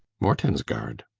mortensgaard?